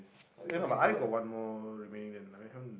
aye no but I got one more remaining that I haven't